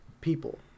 people